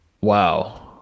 wow